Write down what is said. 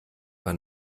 man